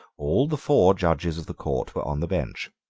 all the four judges of the court were on the bench.